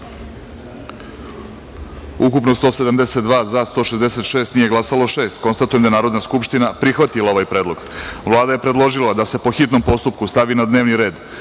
ukupno – 172, za – 166, nije glasalo – šest. Konstatujem da je Narodna skupština prihvatila ovaj predlog. Vlada je predložila da se, po hitnom postupku, stavi na dnevni red